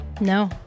No